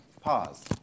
pause